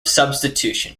substitution